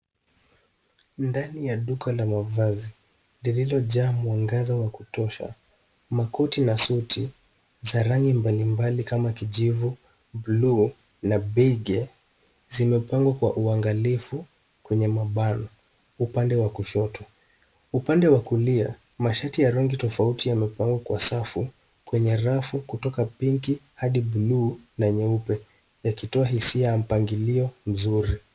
Ndani ya duka la mavazi, lililojaa mwangaza wa kutosha. Makoti na suti za rangi mbalimbali kama kijivu, buluu na beige zimepangwa kwa uangalifu kwenye mabano, upande wa kushoto. Upande wa kulia, mashati ya rangi tofauti yamepangwa kwa safu kwenye rafu, kutoka pinki hadi buluu na nyeupe yakitoa hisia ya mpangilio mzuri.